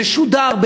זה שודר.